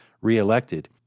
reelected